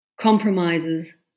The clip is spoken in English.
compromises